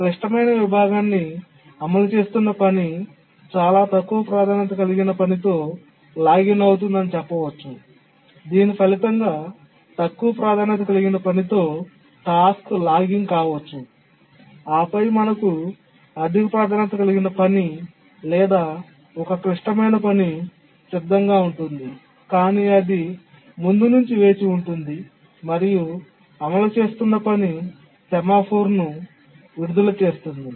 క్లిష్టమైన విభాగాన్ని అమలు చేస్తున్న పని చాలా తక్కువ ప్రాధాన్యత కలిగిన పనితో లాగిన్ అవుతుంది అని చెప్పవచ్చు దీని ఫలితంగా తక్కువ ప్రాధాన్యత కలిగిన పని తో టాస్క్ లాగింగ్ కావచ్చు ఆపై మనకు అధిక ప్రాధాన్యత కలిగిన పని లేదా ఒక క్లిష్టమైన పని సిద్ధంగా ఉంది కానీ అది ముందు నుంచి వేచి ఉంటుంది మరియు అమలు చేస్తున్న పని సెమాఫోర్ను విడుదల చేస్తుంది